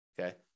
okay